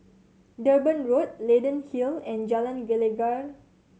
Durban Road Leyden Hill and Jalan Gelegar